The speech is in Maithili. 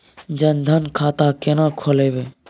जनधन खाता केना खोलेबे?